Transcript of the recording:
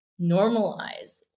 normalize